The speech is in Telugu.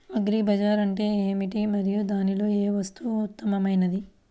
అగ్రి బజార్ అంటే ఏమిటి మరియు దానిలో ఏ వస్తువు ఉత్తమమైనది?